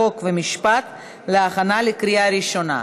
חוק ומשפט להכנה לקריאה ראשונה.